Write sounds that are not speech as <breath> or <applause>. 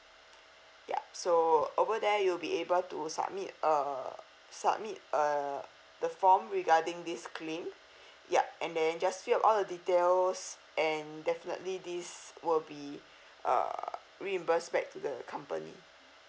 yup so over there you'll be able to submit uh submit uh the form regarding this claim <breath> yup and then just fill up all the details and definitely this will be <breath> uh reimburse back to the company